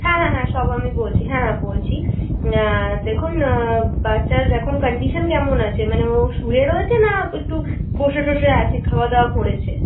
হ্যাঁ হ্যাঁ হ্যাঁ সব আমি বলছি হ্যাঁ বলছি দেখুন বাচ্চার এখন কন্ডিশান কেমন আছে মানে ও শুয়ে রয়েছে না একটু বসে টসে আছে খাওয়া দাওয়া করেছে